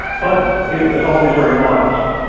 but it was always very modest.